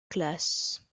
classe